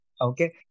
Okay